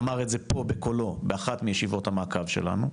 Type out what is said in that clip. אמר את זה בקולו באחת מישיבות המעקב שלנו.